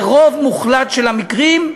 ברוב מוחלט של המקרים,